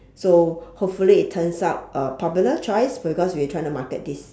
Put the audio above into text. so hopefully it turns out uh popular choice because we trying to market this